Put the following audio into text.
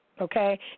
Okay